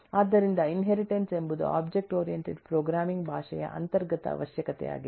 ಆದ್ದರಿಂದ ಇನ್ಹೆರಿಟನ್ಸ್ ಎಂಬುದು object oriented programming ಭಾಷೆಯ ಅಂತರ್ಗತ ಅವಶ್ಯಕತೆಯಾಗಿದೆ